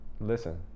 Listen